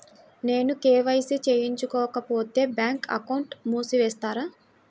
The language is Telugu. నేను కే.వై.సి చేయించుకోకపోతే బ్యాంక్ అకౌంట్ను మూసివేస్తారా?